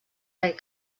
dret